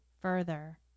further